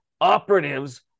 operatives